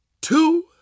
two